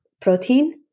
protein